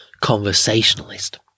conversationalist